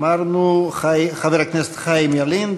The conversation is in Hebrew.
אמרנו חבר הכנסת חיים ילין,